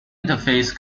interface